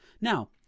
Now